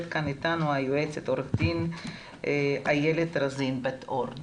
איתנו היועצת עו"ד איילת רזין בת אור.